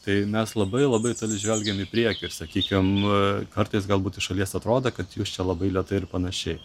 tai mes labai labai toli žvelgiam į priekį ir sakykim kartais galbūt iš šalies atrodo kad jūs čia labai lėtai ir panašiai